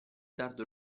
tardo